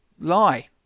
lie